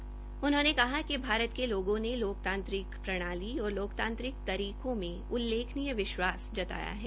श्री मोदी ने कहा कि भारत के लोगों ने लोकतांत्रिक प्रणाली और लोकतांत्रिक तरीकों में उल्लेखनीय विश्वास बताया है